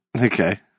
Okay